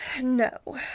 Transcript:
no